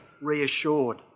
reassured